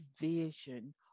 vision